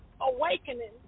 awakening